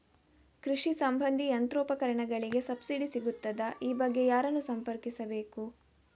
ಕೃಷಿ ಸಂಬಂಧಿ ಯಂತ್ರೋಪಕರಣಗಳಿಗೆ ಸಬ್ಸಿಡಿ ಸಿಗುತ್ತದಾ? ಈ ಬಗ್ಗೆ ಯಾರನ್ನು ಸಂಪರ್ಕಿಸಬೇಕು?